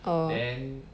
oh